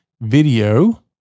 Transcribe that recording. video